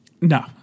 No